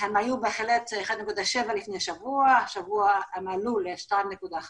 הם היו בהחלט 1.7 לפני שבוע, השבוע הם עלו ל-2.5.